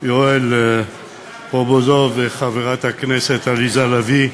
חברי הכנסת יואל רזבוזוב ועליזה לביא,